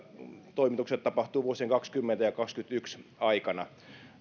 toimitukset tapahtuvat vuosien kaksikymmentä ja kaksikymmentäyksi aikana